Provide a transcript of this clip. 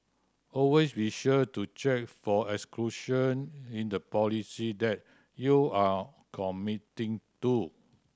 always be sure to check for exclusion in the policy that you are committing to